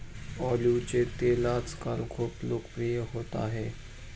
ऑलिव्हचे तेल आजकाल खूप लोकप्रिय होत आहे